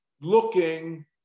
looking